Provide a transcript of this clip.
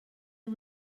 you